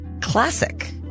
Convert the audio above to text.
classic